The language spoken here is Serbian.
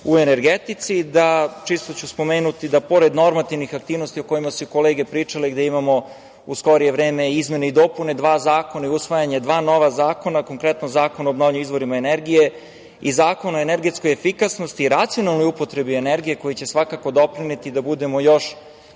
u energetici. Čisto ću spomenuti da, pored normativnih aktivnosti, o kojima su i kolege pričale, gde imamo u skorije vreme i izmene i dopune dva zakona i usvajanje dva nova zakona, konkretno Zakon o obnovljivim izvorima energije i Zakon o energetskoj efikasnosti o racionalnoj upotrebi energije, koji će svakako doprineti da budemo još